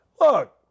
Look